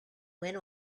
went